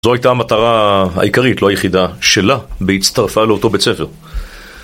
זו הייתה המטרה העיקרית, לא היחידה שלה בהצטרפה לאותו בית ספר.